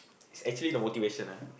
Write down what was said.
is actually the motivation lah